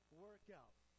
workout